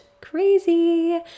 crazy